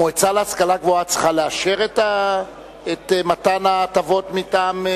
המועצה להשכלה גבוהה צריכה לאשר את מתן ההטבות מטעם,